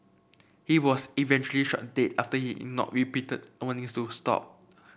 he was eventually shot dead after he ignored repeated warnings to stop